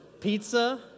Pizza